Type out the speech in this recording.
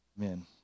Amen